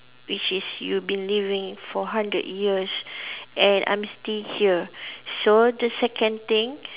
which is you've been living for hundred years and I'm still here so the second thing